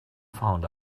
found